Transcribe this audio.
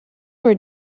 were